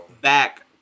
Back